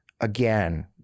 again